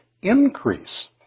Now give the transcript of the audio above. increase